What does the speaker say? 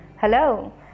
Hello